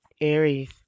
Aries